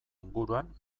inguruan